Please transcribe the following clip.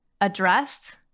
addressed